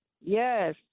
Yes